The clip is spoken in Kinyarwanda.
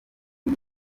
uyu